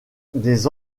des